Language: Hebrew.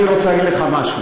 אני רוצה להגיד לך משהו.